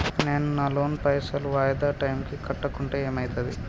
నేను నా లోన్ పైసల్ వాయిదా టైం కి కట్టకుంటే ఏమైతది?